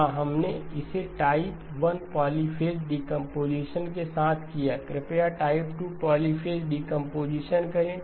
हां हमने इसे टाइप 1 पॉलीफ़ेज़ डीकंपोजीशन के साथ किया है कृपया टाइप 2 पॉलीफ़ेज़ डीकंपोजीशन करें